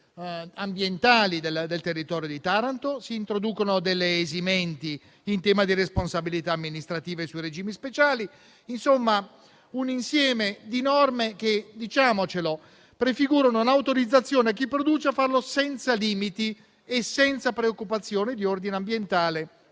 ambientali del territorio di Taranto. Si introducono delle esimenti in tema di responsabilità amministrativa e sui regimi speciali. Insomma, un insieme di norme che, diciamocelo, prefigurano un'autorizzazione a chi produce a farlo senza limiti e senza preoccupazioni di ordine ambientale